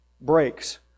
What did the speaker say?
breaks